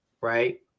right